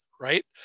right